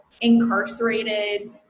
incarcerated